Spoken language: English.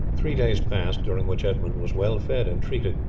three days passed, during which edmund was well fed and treated.